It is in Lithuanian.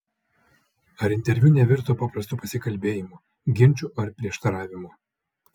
ar interviu nevirto paprastu pasikalbėjimu ginču ar prieštaravimu